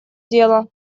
дело